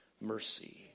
mercy